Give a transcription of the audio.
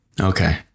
Okay